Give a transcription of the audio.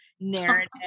narrative